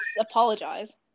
apologize